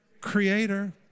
creator